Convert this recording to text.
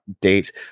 date